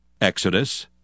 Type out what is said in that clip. Exodus